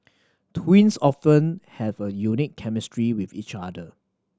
twins often have a unique chemistry with each other